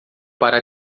para